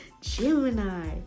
Gemini